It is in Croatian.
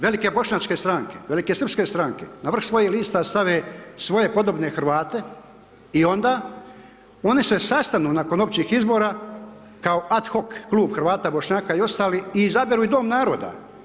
Velike bošnjačke stranke, velike srpske stranke na vrh svojih lista stave svoje podobne Hrvate i onda oni se sastanu nakon općih izbora kao ad hoc klub Hrvata, Bošnjaka i ostalih i izabiru i dom naroda.